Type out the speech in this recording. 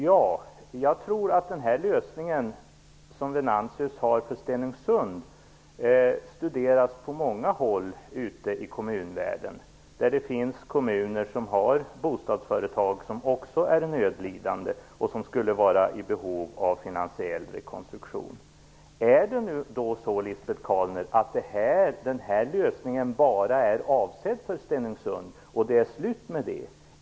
Jag tror att den lösning som Venantius har för Stenungsund studeras på många håll ute i kommunvärlden, där det finns andra kommuner med bostadsföretag som också är nödlidande och som skulle vara i behov av finansiell rekonstruktion. Är det nu så, Lisbet Calner, att den här lösningen bara är avsedd för Stenungsund och att det är slut med det?